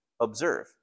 Observe